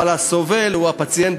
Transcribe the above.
כי הסובל הוא הפציינט,